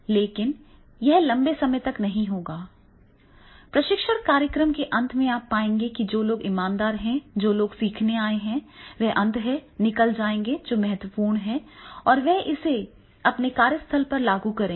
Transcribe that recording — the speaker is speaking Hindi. लेकिन यह लंबे समय तक नहीं होगा प्रशिक्षण कार्यक्रम के अंत में आप पाएंगे कि जो लोग ईमानदार हैं जो लोग सीखने आए हैं वे अंततः निकाल लेंगे जो महत्वपूर्ण है और वे इसे अपने कार्यस्थल पर लागू करेंगे